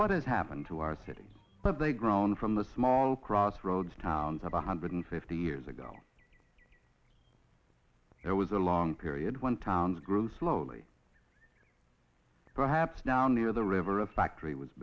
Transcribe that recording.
what has happened to our cities but they grown from the small crossroads towns of one hundred fifty years ago there was a long period when towns grew slowly perhaps now near the river a factory was